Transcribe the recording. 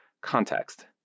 context